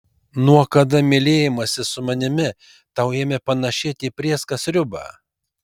nuo kada mylėjimasis su manimi tau ėmė panėšėti į prėską sriubą